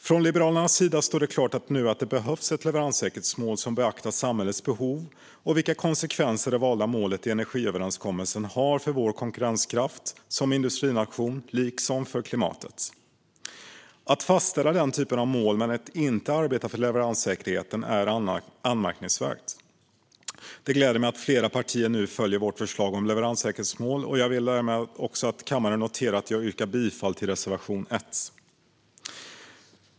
Från Liberalernas sida står det klart att det nu behövs ett leverenssäkerhetsmål som beaktar samhällets behov och vilka konsekvenser det valda målet i energiöverenskommelsen har för vår konkurrenskraft som industrination, liksom för klimatet. Att fastställa den typen av mål men inte arbeta för leveranssäkerheten är anmärkningsvärt. Det gläder mig att fler partier nu följer vårt förslag om leveranssäkerhetsmål. Jag ber därmed också kammaren notera att jag yrkar bifall till reservation 1.